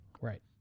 Right